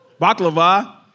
Baklava